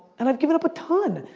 and i've given up a ton.